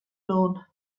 lawn